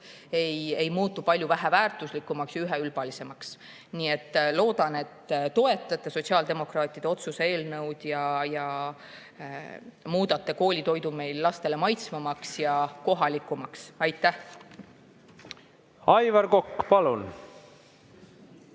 ei muutu palju vähem väärtuslikuks ja üheülbaliseks. Loodan, et te toetate sotsiaaldemokraatide otsuse eelnõu ja muudate koolitoidu lastele maitsvamaks ja kohalikumaks. Aitäh! Aivar Kokk, palun!